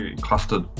clustered